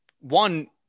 one